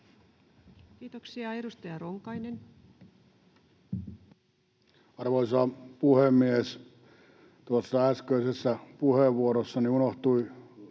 Kiitoksia. — Edustaja Ronkainen. Arvoisa puhemies! Tuossa äskeisessä puheenvuorossani unohtui